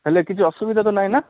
ହେଲେ କିଛି ଅସୁବିଧା ତ ନାହିଁ ନା